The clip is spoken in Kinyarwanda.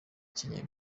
kenya